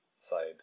side